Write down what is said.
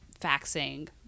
faxing